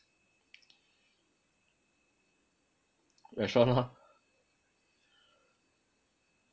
restaurant lor